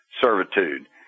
servitude